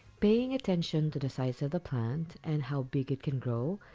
paying attention to the size of the plant, and how big it can grow,